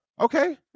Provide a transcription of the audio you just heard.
Okay